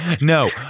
no